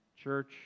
Church